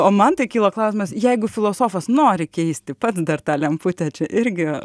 o man tai kyla klausimas jeigu filosofas nori keisti pats dar tą lemputę čia irgi